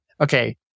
okay